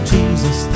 Jesus